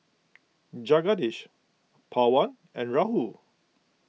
Jagadish Pawan and Rahul